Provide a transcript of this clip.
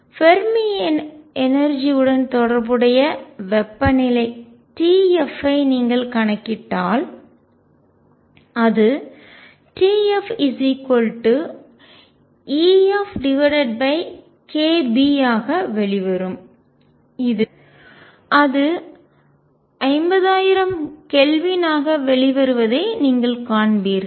Fermi எனர்ஜிஆற்றல் உடன் தொடர்புடைய வெப்பநிலை TF ஐ நீங்கள் கணக்கிட்டால் அது TFFkB ஆக வெளிவரும் அது 50000 கெல்வின் ஆக வெளிவருவதை நீங்கள் காண்பீர்கள்